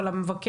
מהשילוח,